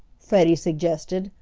freddie suggested,